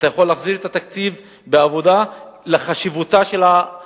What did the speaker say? אתה יכול להחזיר את התקציב בגלל חשיבותה של הרשות